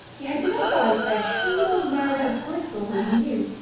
he had been advised by a shrewd old mariner of bristol whom he knew,